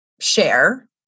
share